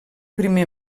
primer